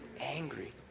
Angry